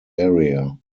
area